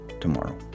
tomorrow